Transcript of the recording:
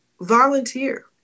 volunteer